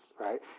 right